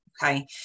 Okay